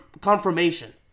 confirmation